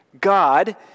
God